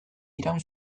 iraun